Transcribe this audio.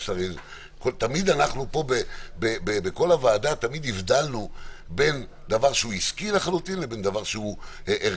תמיד בוועדה הבחנו בין דבר שהוא עסקי לחלוטין לבין דבר ערכי,